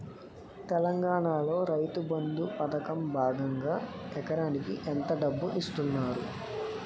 తెలంగాణలో రైతుబంధు పథకం భాగంగా ఎకరానికి ఎంత డబ్బు ఇస్తున్నారు?